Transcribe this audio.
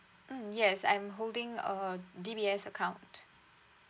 mm yes I'm holding a D_B_S account